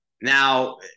Now